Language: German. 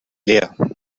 leer